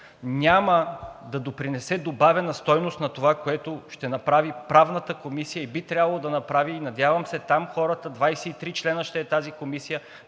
няма да допринесе добавена стойност на това, което ще направи Правната комисия, и би трябвало да направи. Надявам се там хората – от 23 членове ще е тази комисия,